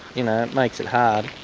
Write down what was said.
you know, it makes it hard.